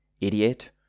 idiot